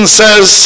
says